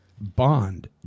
Bond